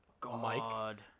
God